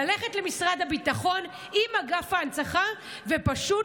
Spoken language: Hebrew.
ללכת למשרד הביטחון עם אגף ההנצחה ופשוט